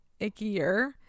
ickier